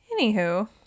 anywho